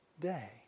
day